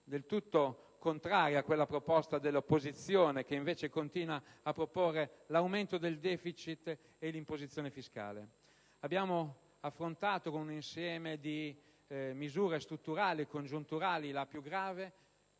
del tutto contraria a quella dell'opposizione, che invece continua a proporre l'aumento del deficit e l'imposizione fiscale. Abbiamo affrontato con un insieme di misure strutturali e congiunturali la più grave